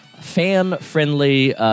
fan-friendly